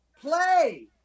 Play